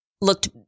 looked